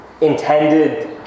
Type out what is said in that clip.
intended